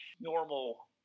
normal